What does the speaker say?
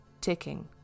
ticking